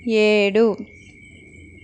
ఏడు